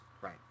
Right